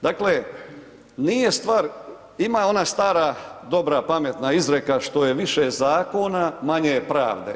Dakle, nije stvar, ima ona stara dobra pametna izreka, što je više zakona manje je pravde.